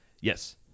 Yes